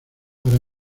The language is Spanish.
para